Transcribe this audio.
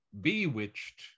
bewitched